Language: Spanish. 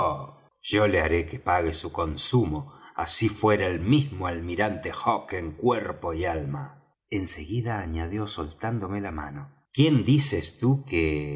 yo le haré que pague su consumo así fuera el mismo almirante hawke en cuerpo y alma en seguida añadió soltándome la mano quién dices tú que